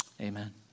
Amen